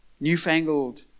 newfangled